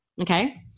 Okay